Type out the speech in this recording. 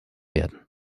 werden